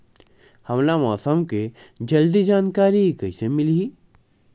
हमला मौसम के जल्दी जानकारी कइसे मिलही?